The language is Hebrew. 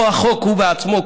כמו החוק עצמו,